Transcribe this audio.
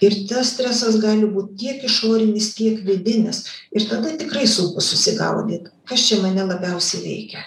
ir tas stresas gali būt tiek išorinis tiek vidinis ir tada tikrai sunku susigaudyt kas čia mane labiausiai veikia